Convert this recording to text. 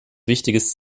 wichtiges